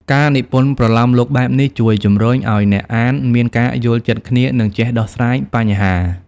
ការនិពន្ធប្រលោមលោកបែបនេះជួយជំរុញឲ្យអ្នកអានមានការយល់ចិត្តគ្នា និងចេះដោះស្រាយបញ្ហា។